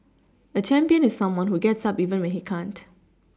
a champion is someone who gets up even when he can't